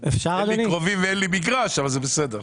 אין לי קרובים ואין לי מגרש, אבל זה בסדר.